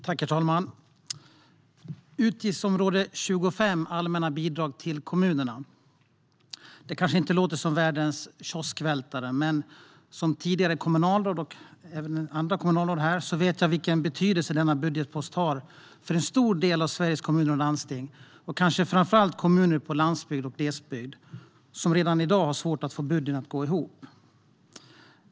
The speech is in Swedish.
Herr talman! Utgiftsområde 25 Allmänna bidrag till kommunerna - det låter kanske inte som världens kioskvältare. Men som tidigare kommunalråd - det är även andra kommunalråd här - vet jag vilken betydelse denna budgetpost har för en stor del av Sveriges kommuner och landsting, kanske framför allt kommuner på landsbygd och i glesbygd, som redan i dag har svårt att få budgeten att gå ihop.